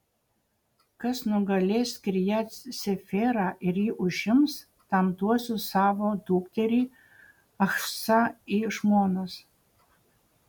kas nugalės kirjat seferą ir jį užims tam duosiu savo dukterį achsą į žmonas